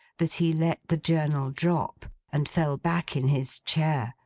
that he let the journal drop, and fell back in his chair,